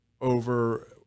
over